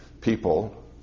people